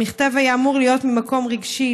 המכתב היה אמור להיות ממקום רגשי,